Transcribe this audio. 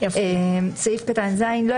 אבל צריך להבין שהניסוח